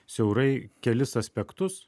siaurai kelis aspektus